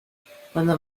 cuando